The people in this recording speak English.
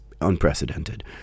unprecedented